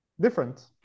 different